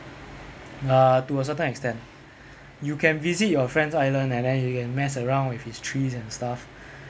uh to a certain extent you can visit your friend's island and then you mess around with his trees and stuff